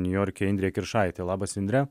niujorke indrė kiršaitė labas indre